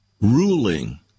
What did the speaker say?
ruling